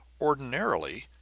Ordinarily